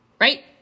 right